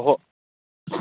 अह'